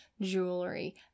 jewelry